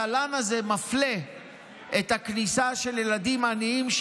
התל"ן הזה מפלה בכניסה של ילדים עניים,